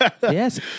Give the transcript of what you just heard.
Yes